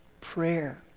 Prayer